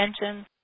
attention